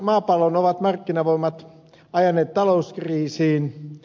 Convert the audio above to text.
maapallon ovat markkinavoimat ajaneet talouskriisiin